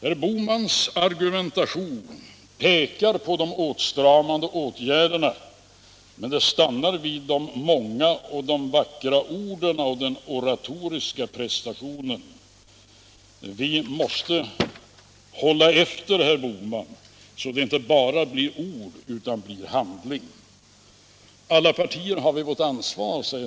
Herr Bohmans argumentation pekar på de åtstramande åtgärderna, men den stannar vid de många och vackra orden och den oratoriska prestationen. Vi måste hålla efter herr Bohman så att det inte bara blir ord, utan också handling. Herr Bohman säger att alla partier har ett ansvar.